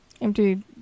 Empty